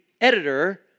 editor